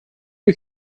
you